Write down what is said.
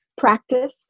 practice